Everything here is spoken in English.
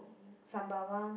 Sembawang